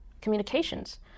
communications